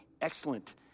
excellent